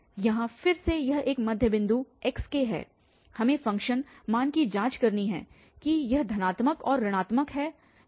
यहाँ फिर से यह एक मध्य बिंदु xk है हमें फ़ंक्शन मान की जांच करनी है कि यह धनात्मक और ऋणात्मक है या नहीं